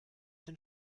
den